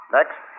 Next